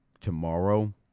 tomorrow